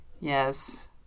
Yes